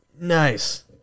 Nice